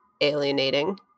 alienating